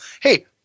hey